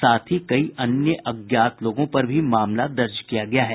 साथ ही कई अन्य अज्ञात लोगों पर भी मामला दर्ज किया गया है